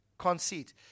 conceit